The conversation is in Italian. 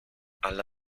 alla